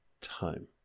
time